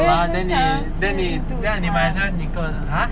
我也蛮想要吃印度餐